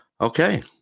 Okay